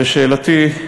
ושאלתי,